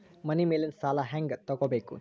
ಮನಿ ಮೇಲಿನ ಸಾಲ ಹ್ಯಾಂಗ್ ತಗೋಬೇಕು?